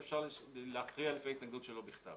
אז אפשר להכריע על פי ההתנגדות שלו בכתב.